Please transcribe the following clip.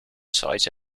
site